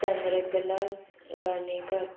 Chandrakala Ganekar